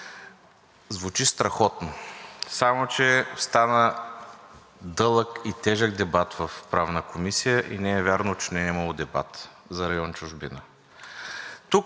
звучи страхотно, само че стана дълъг и тежък дебат в Правната комисия и не е вярно, че не е имало дебат за район „Чужбина“.